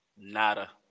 Nada